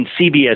CBS